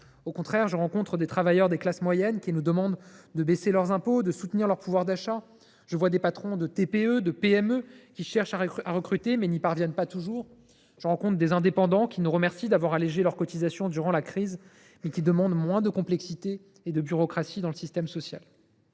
Au contraire, je rencontre des travailleurs des classes moyennes qui nous demandent de baisser leurs impôts et de soutenir leur pouvoir d’achat. Je vois des petits patrons de TPE ou de PME qui cherchent à recruter, mais n’y parviennent pas toujours. Je rencontre des indépendants qui nous remercient d’avoir allégé leurs cotisations durant la crise, mais demandent moins de complexité et de bureaucratie dans le système social.